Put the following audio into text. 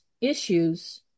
issues